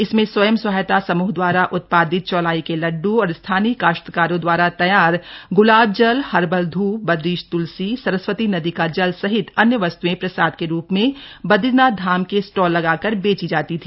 इसमें स्वयं सहायता समूहों द्वारा उत्पादित चौलाई के लड्डू और स्थानीय काश्तकारों दवारा तैयार ग्लाब जल हर्बल धूप बदरीश तुलसी सरस्वती नदी का जल सहित अन्य वस्तुएं प्रसाद के रूप में बदरीनाथ धाम में स्टॉल लगाकर बेची जाती था